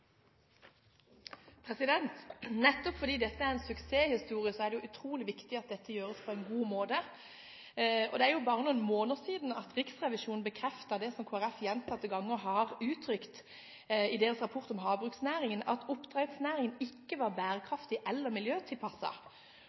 Nettopp fordi dette er en suksesshistorie, er det utrolig viktig at det gjøres på en god måte. Det er bare noen måneder siden Riksrevisjonen i sin rapport om havbruksnæringen bekreftet det som Kristelig Folkeparti gjentatte ganger har uttrykt, at oppdrettsnæringen ikke var bærekraftig eller miljøtilpasset. 2012 var